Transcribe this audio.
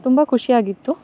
ತುಂಬ ಖುಷಿ ಆಗಿತ್ತು